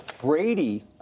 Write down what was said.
Brady